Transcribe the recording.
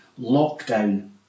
lockdown